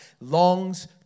longs